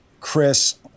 Chris